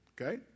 Okay